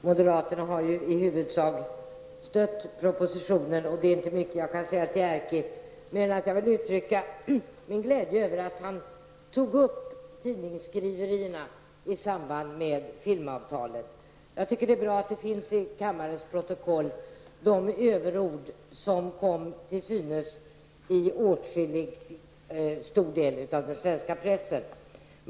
Herr talman! Moderaterna har i huvudsak stött propositionen, och det är inte mycket jag kan säga till Erkki Tammenoksa. Jag kan dock uttrycka min glädje över att han tog upp tidningsskriverierna i samband med filmavtalet. Jag tycker att det är bra att de överord som kom till synes i stor del av den svenska pressen framgår av kammarens protokoll.